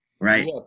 right